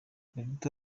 roberto